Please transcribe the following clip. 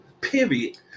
period